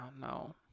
no